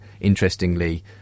interestingly